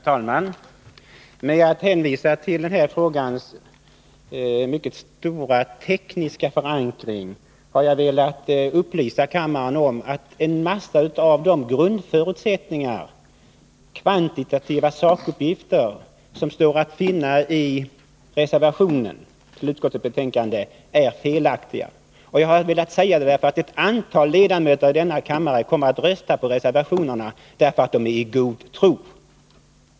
Herr talman! När jag hänvisar till denna frågas mycket stora tekniska förankring har jag velat upplysa kammaren om att många av de grundförutsättningar, kvantitativa sakuppgifter, som står att finna i reservationen 3 vid utskottets betänkande är felaktiga. Jag har velat säga detta därför att ett antal ledamöter av denna kammare kommer att rösta för reservationerna på grund av att de är i god tro.